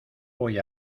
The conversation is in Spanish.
voy